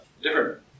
Different